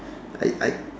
I I